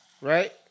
Right